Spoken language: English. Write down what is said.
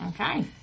Okay